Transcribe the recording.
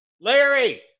Larry